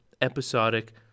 episodic